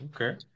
okay